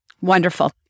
wonderful